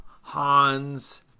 Hans